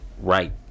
right